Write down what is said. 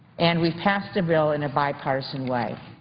and we've passed a bill in a bipartisan way.